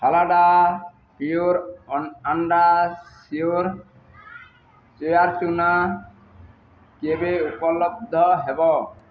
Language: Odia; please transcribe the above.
ଫାଲାଡ଼ା ପିୟୋର ଅ ଆଣ୍ଡ ସିଓର ସୋୟା ଚୂନା କେବେ ଉପଲବ୍ଧ ହେବ